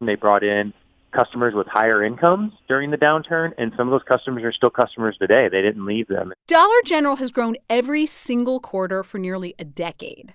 and they brought in customers with higher incomes um during the downturn. and some of those customers are still customers today. they didn't leave them dollar general has grown every single quarter for nearly a decade.